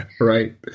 Right